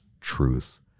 truth